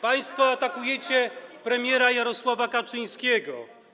Państwo atakujecie premiera Jarosława Kaczyńskiego.